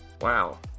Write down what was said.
Wow